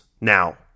now